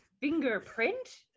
fingerprint